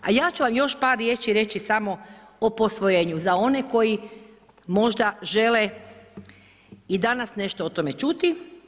A ja ću vam još par riječi reći samo o posvojenju za one koji možda žele i danas nešto o tome čuti.